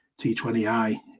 T20i